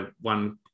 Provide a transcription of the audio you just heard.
one